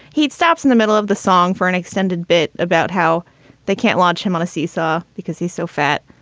he'd stopped in the middle of the song for an extended bit about how they can't launch him on a seesaw because he's so fat.